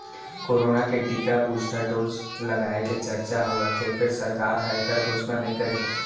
corona के टीका के बूस्टर डोज लगाए के चरचा होवत हे फेर सरकार ह एखर घोसना नइ करे हे